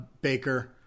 Baker